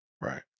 Right